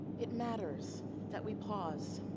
it matters that we pause,